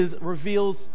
reveals